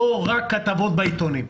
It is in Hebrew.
לא רק כתבות בעיתונים.